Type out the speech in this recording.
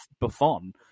buffon